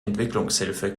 entwicklungshilfe